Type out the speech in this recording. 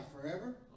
forever